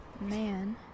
man